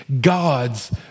God's